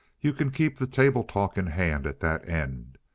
you can keep the table talk in hand at that end.